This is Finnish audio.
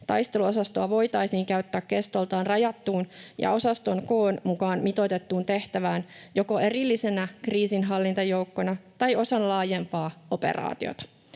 Taisteluosastoa voitaisiin käyttää kestoltaan rajattuun ja osaston koon mukaan mitoitettuun tehtävään joko erillisenä kriisinhallintajoukkona tai osana laajempaa operaatiota.